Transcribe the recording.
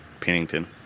Pennington